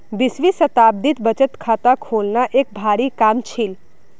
बीसवीं शताब्दीत बचत खाता खोलना एक भारी काम छील